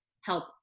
help